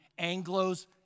Anglos